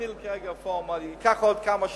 נתחיל כרגע רפורמה, ייקח עוד כמה שנים,